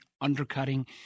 undercutting